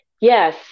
Yes